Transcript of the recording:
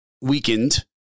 weakened